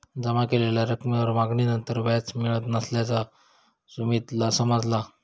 जमा केलेल्या रकमेवर मागणीनंतर व्याज मिळत नसल्याचा सुमीतला समजला